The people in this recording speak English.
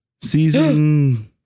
season